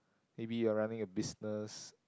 maybe you're running a business